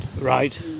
Right